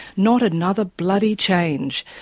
not another bloody change!